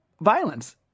violence